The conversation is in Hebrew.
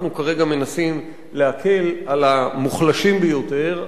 אנחנו כרגע מנסים להקל על המוחלשים ביותר,